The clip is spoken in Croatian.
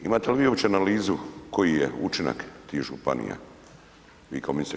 Imate li vi uopće analizu koji je učinak tih županija vi kao ministar?